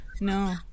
No